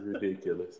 ridiculous